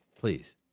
please